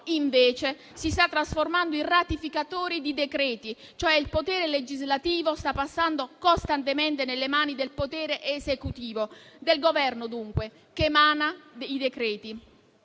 invece, si sta trasformando in quello di ratificatori di decreti, cioè il potere legislativo sta passando costantemente nelle mani di quello esecutivo, del Governo dunque, che emana i decreti-legge.